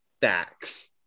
Dax